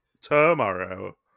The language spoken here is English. Tomorrow